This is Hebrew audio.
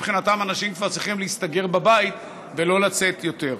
מבחינתם אנשים כבר צריכים להסתגר בבית ולא לצאת יותר.